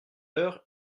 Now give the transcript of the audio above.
l’heure